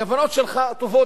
הכוונות שלך טובות,